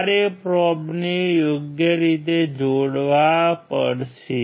તમારે પ્રોબને યોગ્ય રીતે જોડવા પડશે